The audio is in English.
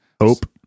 Hope